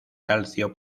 calcio